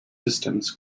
systems